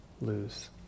lose